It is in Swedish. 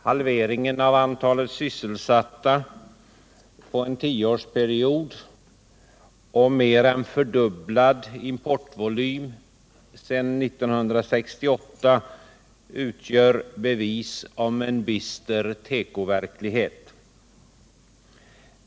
Halveringen av antalet sysselsatta under en 10-årsperiod och en mer än fördubblad importvolym sedan 1968 utgör bevis för en bister tekoverklighet.